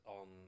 on